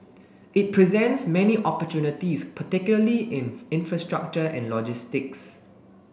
it presents many opportunities particularly in infrastructure and logistics